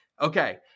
Okay